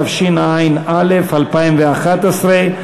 התשע"א 2011,